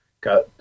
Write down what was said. got